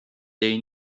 they